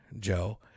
Joe